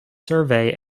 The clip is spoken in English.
survey